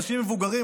אנשים מבוגרים,